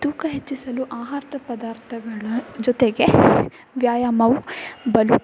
ತೂಕ ಹೆಚ್ಚಿಸಲು ಆಹಾರ ಪದಾರ್ಥಗಳ ಜೊತೆಗೆ ವ್ಯಾಯಮವು ಬಲು